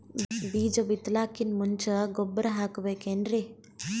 ಬೀಜ ಬಿತಲಾಕಿನ್ ಮುಂಚ ಗೊಬ್ಬರ ಹಾಕಬೇಕ್ ಏನ್ರೀ?